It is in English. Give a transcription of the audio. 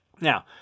Now